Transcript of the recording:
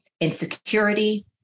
insecurity